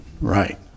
Right